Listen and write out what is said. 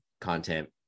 content